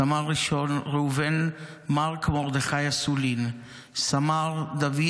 סמל ראשון ראובן מרק מרדכי אסולין, סמ"ר דוד